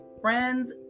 friends